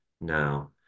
now